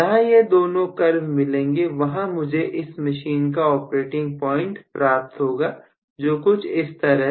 जहां यह दोनों कर्व मिलेंगे वहां मुझे इस मशीन का ऑपरेटिंग पॉइंट प्राप्त होगा जो कुछ इस तरह